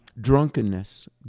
drunkenness